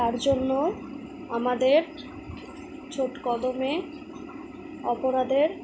তার জন্য আমাদের জোট কদমে অপরাধের